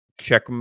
check